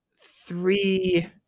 three